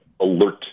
alert